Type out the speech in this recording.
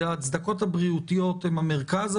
וההצדקות הבריאותיות הן המרכז.